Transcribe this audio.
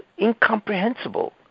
incomprehensible